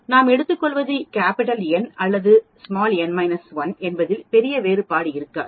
நாம் எடுத்துக்கொள்வது N அல்லது n 1 என்பதில் பெரிய வேறுபாடு இருக்காது